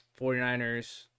49ers